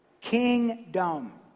Kingdom